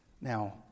Now